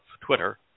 Twitter